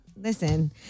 listen